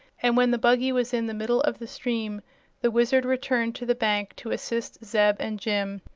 and when the buggy was in the middle of the stream the wizard returned to the bank to assist zeb and jim.